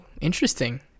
Interesting